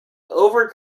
over